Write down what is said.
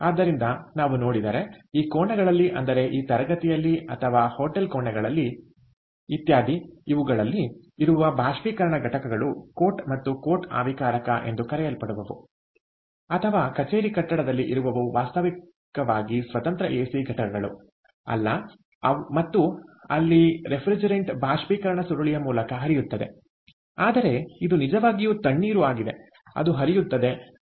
ಆದ್ದರಿಂದ ನಾವು ನೋಡಿದರೆ ಈ ಕೋಣೆಗಳಲ್ಲಿ ಅಂದರೆ ಈ ತರಗತಿಯಲ್ಲಿ ಅಥವಾ ಹೋಟೆಲ್ ಕೋಣೆಗಳಲ್ಲಿ ಇತ್ಯಾದಿ ಇವುಗಳಲ್ಲಿ ಇರುವ ಬಾಷ್ಪೀಕರಣ ಘಟಕಗಳು ಕೋಟ್ ಮತ್ತು ಕೋಟ್ ಆವಿಕಾರಕ ಎಂದು ಕರೆಯಲ್ಪಡುವವು ಅಥವಾ ಕಚೇರಿ ಕಟ್ಟಡದಲ್ಲಿ ಇರುವವು ವಾಸ್ತವವಾಗಿ ಸ್ವತಂತ್ರ ಎಸಿ ಘಟಕಗಳು ಅಲ್ಲ ಮತ್ತು ಅಲ್ಲಿ ರೆಫ್ರಿಜರೆಂಟ್ ಬಾಷ್ಪೀಕರಣ ಸುರುಳಿಯ ಮೂಲಕ ಹರಿಯುತ್ತದೆ ಆದರೆ ಇದು ನಿಜವಾಗಿಯೂ ತಣ್ಣೀರು ಆಗಿದೆ ಅದು ಹರಿಯುತ್ತದೆ ಮತ್ತು